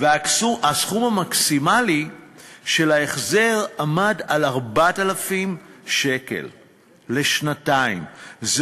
והסכום המקסימלי של ההחזר עמד על 4,000 שקל לשנתיים,